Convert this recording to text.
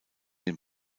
den